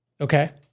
Okay